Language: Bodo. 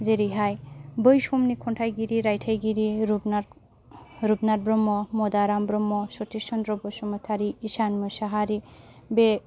जेरैहाय बै समनि खन्थाइगिरि रायथायगिरि रुपनाथ ब्रह्म मदाराम ब्रह्म सतिश चन्द्र बसुमतारी ईशान मोसाहारी बे